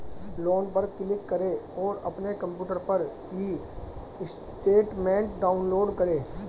loan पर click करें और अपने कंप्यूटर पर ई स्टेटमेंट डाउनलोड करें